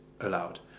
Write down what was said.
allowed